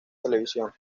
televisión